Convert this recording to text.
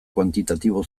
kuantitatibo